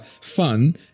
fun